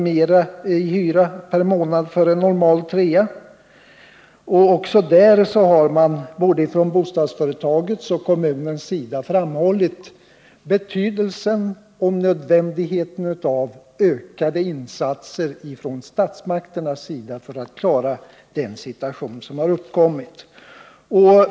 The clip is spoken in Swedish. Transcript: mera i hyra för en normal trea, och också där har bostadsföretaget och kommunerna framhållit betydelsen och nödvändigheten av ökade insatser från statsmakternas sida för att man skall kunna klara den situation som har uppkommit.